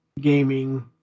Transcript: gaming